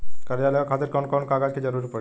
कर्जा लेवे खातिर कौन कौन कागज के जरूरी पड़ी?